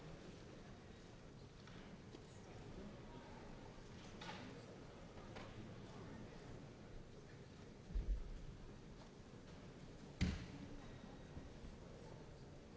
from